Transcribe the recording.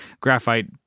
graphite